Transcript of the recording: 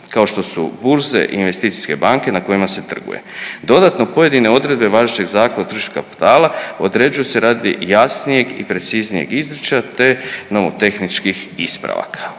kao što su burze i investicijske banke na kojima se trguje. Dodatno, pojedine odredbe važećeg Zakona o tržištu kapitala određuju se radi jasnijeg i preciznijeg izričaja, te nomotehničkih ispravaka.